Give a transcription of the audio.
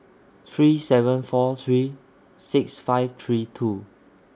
three seven four three six five three two